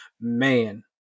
man